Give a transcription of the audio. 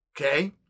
okay